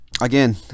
again